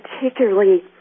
particularly